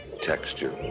texture